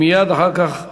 מייד אחר כך,